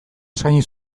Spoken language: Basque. eskaini